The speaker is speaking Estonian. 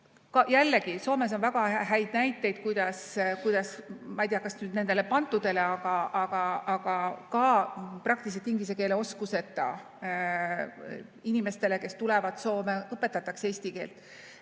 Jällegi, Soomes on väga häid näiteid, kuidas, ma ei tea, kas nüüd nendele bantudele, aga ka praktiliselt inglise keele oskuseta inimestele, kes tulevad Soome, õpetatakse soome keelt.